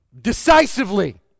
Decisively